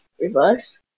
Reverse